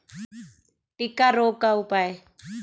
टिक्का रोग का उपाय?